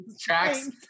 tracks